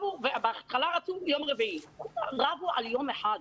בהתחלה רצו ביום רביעי, רבו על יום אחד.